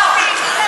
אמרתי,